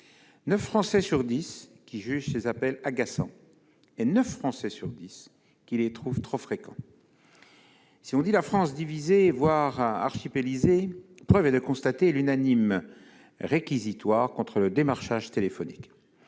Français sur dix qui jugent ces appels agaçants, et neuf Français sur dix qui les trouvent trop fréquents. Si l'on dit la France divisée, voire « archipélisée », force est de constater l'unanimité du réquisitoire contre le démarchage téléphonique.